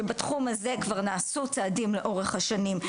שבתחום הזה נעשו כבר צעדים לאורך השנים,